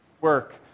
work